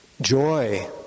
joy